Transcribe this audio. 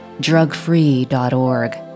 drugfree.org